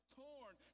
torn